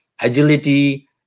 agility